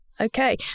Okay